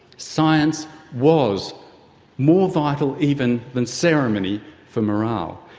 science was more vital even than ceremony for morale.